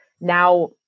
now